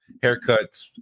haircuts